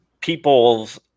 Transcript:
people's